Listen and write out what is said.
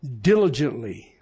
Diligently